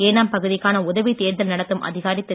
ஏனாம் பகுதிக்கான உதவித் தேர்தல் நடத்தும் அதிகாரி திரு